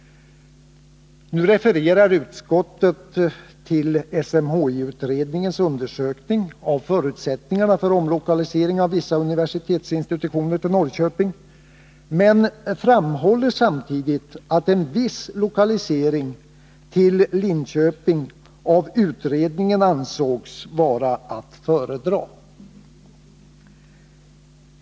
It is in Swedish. Nu refererar utskottet till SMHI-utredningens undersökning av förutsättningarna för omlokalisering av vissa universitetsinstitutioner till Norrköping, men utskottet framhåller samtidigt att en viss lokalisering till Linköping av utredningen ansågs vara att föredra.